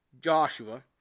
Joshua